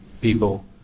people